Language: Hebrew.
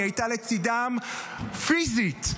היא הייתה לצידם פיזית,